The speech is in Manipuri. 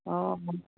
ꯑꯣ